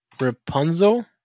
Rapunzel